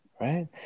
right